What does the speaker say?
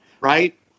Right